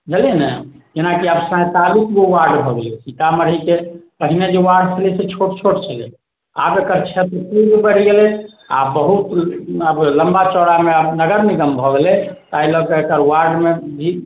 भेलै ने जेनाकि आब पेतालिसगो वार्ड भऽ गेलै सीतामढ़ीके पहिने जे वार्ड छलै से छोट छोट छलै आब एकर क्षेत्र बढ़ि गेलै आ बहुत आब लम्बा चौड़ामे नगर निगम भऽ गेलै ताहि लऽ कऽ एकर वार्डमे भी